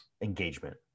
engagement